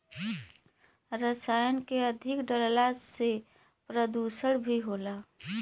रसायन के अधिक डलला से प्रदुषण भी होला